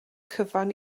cyfan